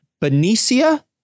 Benicia